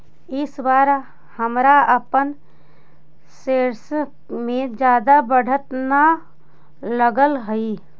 इस बार हमरा अपन शेयर्स में जादा बढ़त न लगअ हई